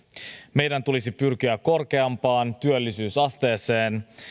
meidän tulisi pyrkiä korkeampaan työllisyysasteeseen